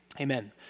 amen